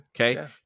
Okay